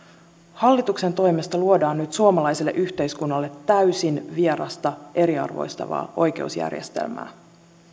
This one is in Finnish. hallituksen toimesta luodaan nyt suomalaiselle yhteiskunnalle täysin vierasta eriarvoistavaa oikeusjärjestelmää